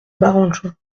barangeon